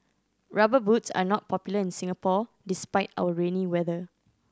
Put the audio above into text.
Rubber Boots are not popular in Singapore despite our rainy weather